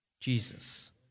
Jesus